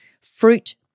fruit